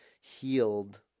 healed